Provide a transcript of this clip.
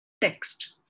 text